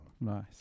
nice